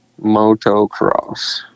Motocross